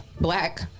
black